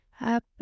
up